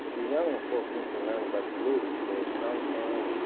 the young folks need to learn about the blues, where they come from.